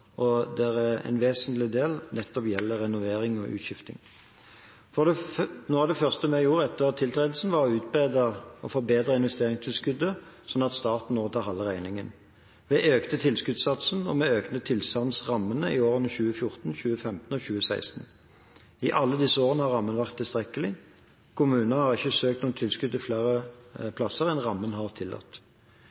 utskifting. Noe av det første regjeringen gjorde etter tiltredelsen, var å utbedre og forbedre investeringstilskuddsordningen slik at staten overtar halve regningen. Vi økte tilskuddssatsen, og vi økte tilsagnsrammen i årene 2014, 2015 og 2016. I alle disse årene har rammen vært tilstrekkelig. Kommunene har ikke søkt om tilskudd til flere plasser enn rammen har tillatt.